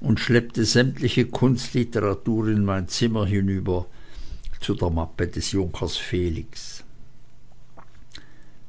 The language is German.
und schleppte sämtliche kunstliteratur in mein zimmer hinüber zu der mappe des junker felix